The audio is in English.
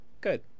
Good